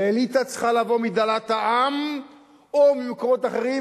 ואליטה צריכה לבוא מדלת העם או ממקומות אחרים,